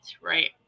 right